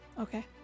Okay